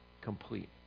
complete